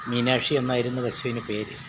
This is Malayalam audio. മീനാക്ഷി എന്നായിരുന്നു പശുവിന് പേര്